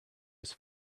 his